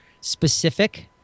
specific